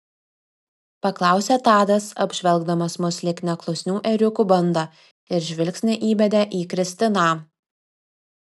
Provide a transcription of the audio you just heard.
paklausė tadas apžvelgdamas mus lyg neklusnių ėriukų bandą ir žvilgsnį įbedė į kristiną